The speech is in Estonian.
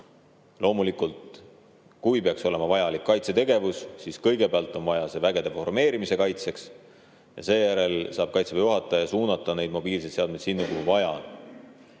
Loomulikult, kui peaks olema vaja kaitsetegevust, siis kõigepealt on vaja seda vägede formeerimise kaitseks ja seejärel saab Kaitseväe juhataja suunata mobiilseid seadmeid sinna, kuhu vaja.